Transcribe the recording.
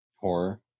Horror